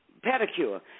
pedicure